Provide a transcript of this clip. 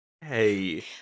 Hey